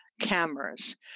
cameras